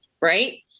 right